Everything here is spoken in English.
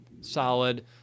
solid